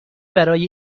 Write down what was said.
برای